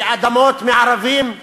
ואדמות מערבים,